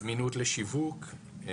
(שקף: זמינותן לשיווק של תוכניות מפורטות למגורים).